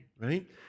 right